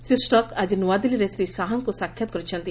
ଶ୍ରୀ ଷକ୍ ଆଜି ନୂଆଦିଲ୍ଲୀରେ ଶ୍ରୀ ଶାହାଙ୍କୁ ସାକ୍ଷାତ୍ କରିଛନ୍ତି